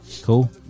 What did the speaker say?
Cool